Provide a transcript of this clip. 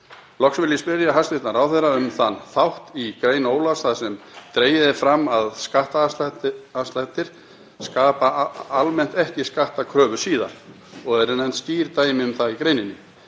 Loks vil ég spyrja hæstv. ráðherra um þann þátt í grein Ólafs þar sem dregið er fram að skattafslættir skapa almennt ekki skattkröfur síðar og eru nefnd skýr dæmi um það í greininni.